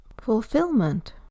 fulfillment